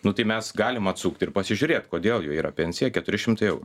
nu tai mes galim atsukt ir pasižiūrėt kodėl jo pensija keturi šimtai